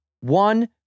one